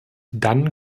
dann